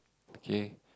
okay